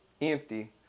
empty